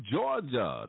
Georgia